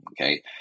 Okay